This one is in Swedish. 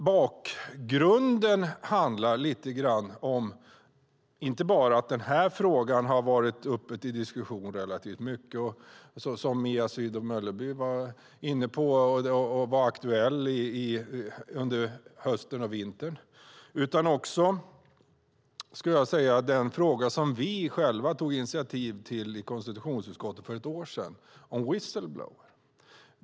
Bakgrunden handlar om att inte bara den här frågan har varit uppe till diskussion relativt ofta, som Mia Sydow Mölleby var inne på, och var aktuell under hösten och vintern, utan bakgrunden handlar också om den fråga vi själva i konstitutionsutskottet tog upp för ett år sedan om whistle-blowers.